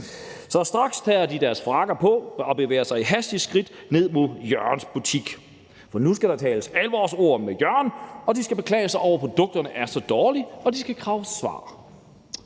straks deres frakker på og bevæger sig med hastige skridt ned mod Jørgens butik, for nu skal der tales alvorsord med Jørgen, og de skal beklage sig over, at produkterne er så dårlige, og de skal kræve et svar